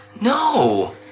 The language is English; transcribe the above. No